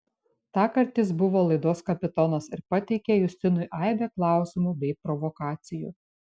tąkart jis buvo laidos kapitonas ir pateikė justinui aibę klausimų bei provokacijų